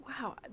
Wow